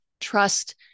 Trust